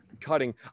cutting